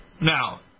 Now